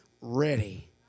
ready